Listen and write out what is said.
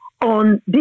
on